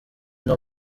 niwo